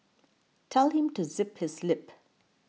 tell him to zip his lip